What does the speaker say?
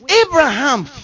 Abraham